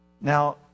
now